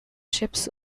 ships